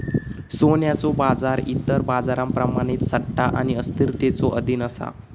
सोन्याचो बाजार इतर बाजारांप्रमाणेच सट्टा आणि अस्थिरतेच्यो अधीन असा